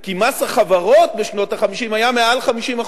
כי מס החברות בשנות ה-50 היה מעל 50%,